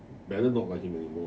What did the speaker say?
better not like him anymore